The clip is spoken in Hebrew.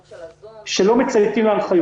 יש מי שלא מצייתים להנחיות,